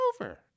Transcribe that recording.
over